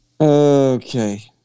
Okay